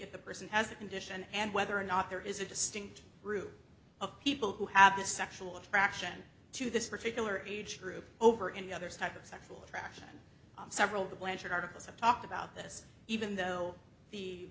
a person has a condition and whether or not there is a distinct group of people who have this sexual attraction to this particular age group over any other type of sexual attraction several of the blanchard articles have talked about this even though the